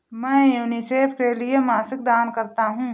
मैं यूनिसेफ के लिए मासिक दान करता हूं